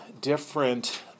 different